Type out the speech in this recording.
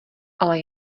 ale